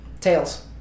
Tails